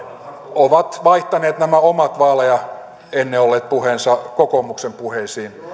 ovat vaihtaneet nämä omat ennen vaaleja olleet puheensa kokoomuksen puheisiin